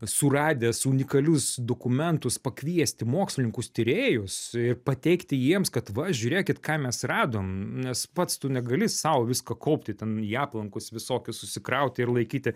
suradęs unikalius dokumentus pakviesti mokslininkus tyrėjus ir pateikti jiems kad va žiūrėkit ką mes radom nes pats tu negali sau viską kaupti ten į aplankus visokius susikrauti ir laikyti